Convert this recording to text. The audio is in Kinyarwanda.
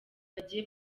bagiye